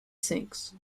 sinks